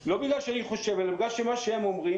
לא בגלל שאני חושב, אלא בגלל מה שהם אומרים